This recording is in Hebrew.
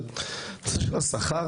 אבל נושא השכר,